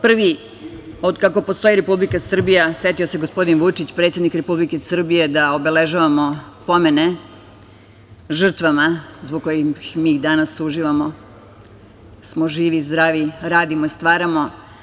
Prvi, od kako postoji Republika Srbija, setio se gospodin Vučić, predsednik Srbije, da obeležavamo pomene žrtvama zbog kojih mi danas uživamo, da smo živi i zdravi, radimo i stvaramo.